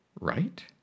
right